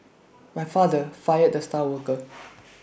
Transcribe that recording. my father fired the star worker